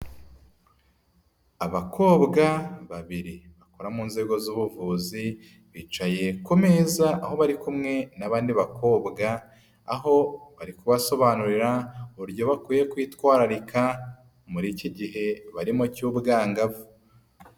Abakobwa babiri, bakora mu nzego z'ubuvuzi, bicaye ku meza aho bari kumwe na bandi bakobwa, aho bari kubasobanurira uburyo bakwiye kwitwararika, muri iki gihe barimo cy'ubwangavu.